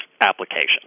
application